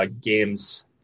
games